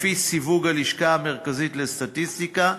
לפי סיווג הלשכה המרכזית לסטטיסטיקה,